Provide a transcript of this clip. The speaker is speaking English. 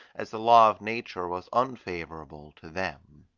as the law of nature was unfavourable to them.